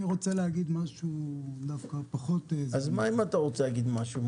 אני רוצה להגיד משהו פחות -- אז מה אם אתה רוצה להגיד משהו?